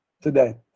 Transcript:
today